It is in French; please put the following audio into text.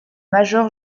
major